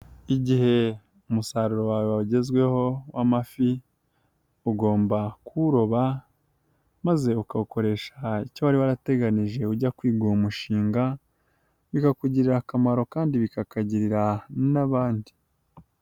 Igihe umusaruro wawe wagezweho w'amafi ugomba kuwuroba maze ukawukoresha icyo wari warateganije ujya kwiga uwo mushinga, bikakugirira akamaro kandi bikakagirira n'abandi.